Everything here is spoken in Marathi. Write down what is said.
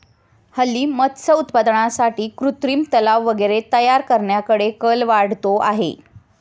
हल्ली मत्स्य उत्पादनासाठी कृत्रिम तलाव वगैरे तयार करण्याकडे कल वाढतो आहे